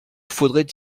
faudrait